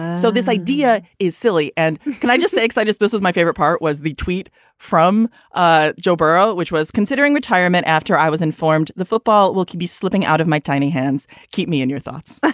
so this idea is silly. and can i just say x i just this is my favorite part was the tweet from ah joe berra, which was considering retirement after i was informed the football will be slipping out of my tiny hands. keep me in your thoughts